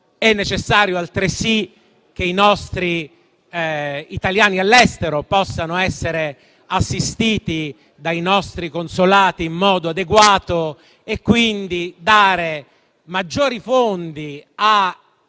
necessario che i nostri italiani all'estero possano essere assistiti dai nostri consolati in modo adeguato, quindi dare maggiori fondi ai